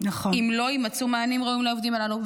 אם לא יימצאו מענים ראויים לעובדים הללו.